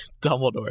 Dumbledore